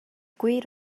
gwir